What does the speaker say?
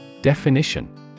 Definition